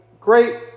Great